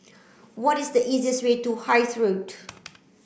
what is the easiest way to Hythe Road